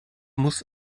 muss